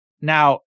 Now